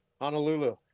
Honolulu